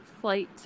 flight